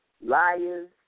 liars